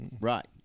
Right